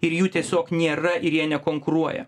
ir jų tiesiog nėra ir jie nekonkuruoja